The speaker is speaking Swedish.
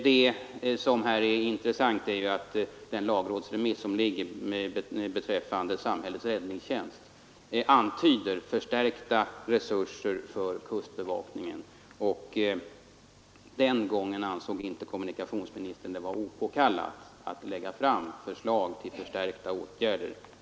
Det som är intressant härvidlag är att den aktuella lagrådsremissen beträffande samhällets räddningstjänst antyder förstärkta resurser för kustbevakningen. I det sammanhanget ansåg inte kommunikationsministern att det var opåkallat att lägga fram förslag till förstärkta åtgärder.